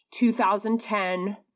2010